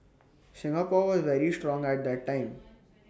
Singapore was very strong at that time